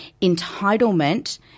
entitlement